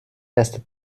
دستت